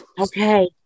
Okay